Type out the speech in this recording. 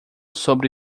sobre